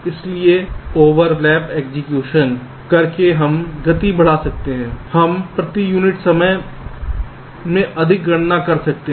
इसलिए overlap execution का उपयोग करके हम गति बढ़ा सकते हैं हम प्रति यूनिट समय में अधिक गणना कर सकते हैं